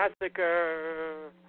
Massacre